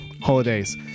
holidays